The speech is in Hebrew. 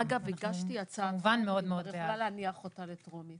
וכמובן שאנחנו מאוד בעד.